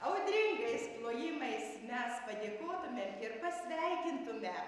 audringais plojimais mes padėkotume ir pasveikintume